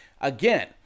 Again